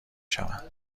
شوند